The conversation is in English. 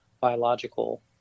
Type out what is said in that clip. biological